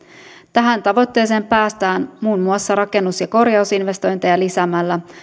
tähän tavoitteeseen päästään muun muassa rakennus ja korjausinvestointeja lisäämällä